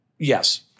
Yes